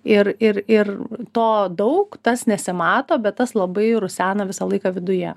ir ir ir to daug tas nesimato bet tas labai rusena visą laiką viduje